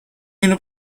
اینو